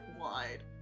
wide